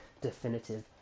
definitive